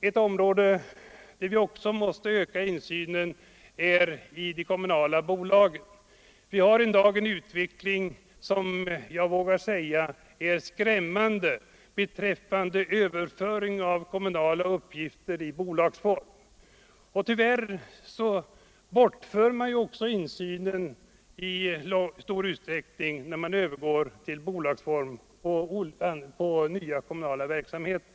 Ett område, inom vilket vi också måste öka insynen, är de kommunala bolagen. Jag vågar säga att vi i dag har en skrämmande utveckling i riktning mot överföring av kommunala uppgifter till kommunala bolag. Vid denna övergång till bolagsform försvinner också insynen i ifrågavarande kommu nala verksamheter.